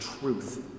truth